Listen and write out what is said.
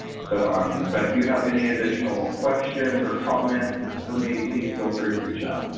so um but if you have any additional questions or comments for me, please feel free to reach out.